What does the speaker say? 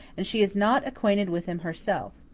and she is not acquainted with him herself.